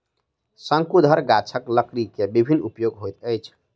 शंकुधर गाछक लकड़ी के विभिन्न उपयोग होइत अछि